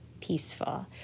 peaceful